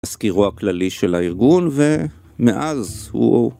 מזכירו הכללי של הארגון, ומאז הוא...